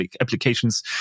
applications